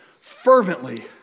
fervently